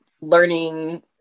learning